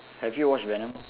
have you watched venom